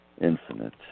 infinite